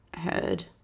heard –